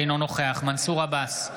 אינו נוכח מנסור עבאס,